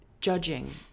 judging